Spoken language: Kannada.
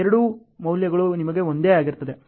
ಎರಡೂ ಮೌಲ್ಯಗಳು ನಿಮಗೆ ಒಂದೇ ಆಗಿರುತ್ತವೆ